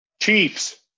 Chiefs